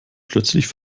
plötzlich